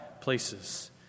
places